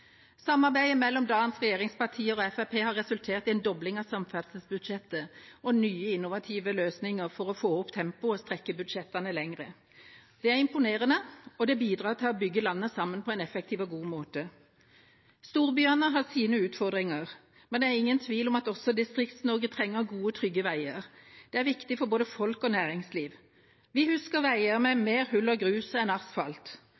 Samarbeidet mellom dagens regjeringspartier og Fremskrittspartiet har resultert i en dobling av samferdselsbudsjettet og nye, innovative løsninger for å få opp tempoet og strekke budsjettene lenger. Det er imponerende, og det bidrar til å bygge landet sammen på en effektiv og god måte. Storbyene har sine utfordringer, men det er ingen tvil om at også Distrikts-Norge trenger gode, trygge veier. Det er viktig for både folk og næringsliv. Vi husker veier med mer hull og grus enn asfalt,